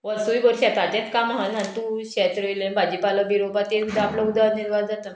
वर्सूय भर शेताचेंच काम आहा ना तूं शेत रोयलें भाजी पालो बी रोवपा तें सुद्दां आपलो उदक निर्वाह जाता